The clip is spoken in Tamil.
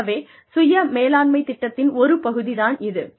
ஆகவே சுய மேலாண்மை திட்டத்தின் ஒரு பகுதி தான் இது